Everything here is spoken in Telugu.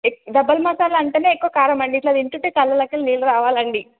డబల్ మసాలా అంటేనే ఎక్కువ కారం అండి ఇట్లా తింటుంటే కళ్ళల్లోకి వెళ్ళి నీళ్ళు రావాలండి